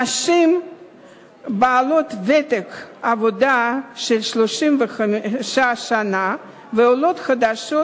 נשים בעלות ותק עבודה של 35 שנה ועולות חדשות